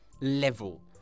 level